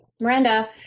Miranda